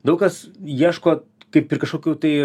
daug kas ieško kaip ir kažkokių tai